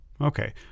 Okay